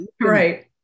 right